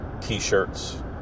T-shirts